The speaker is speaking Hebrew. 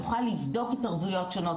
נוכל לבדוק התערבויות שונות,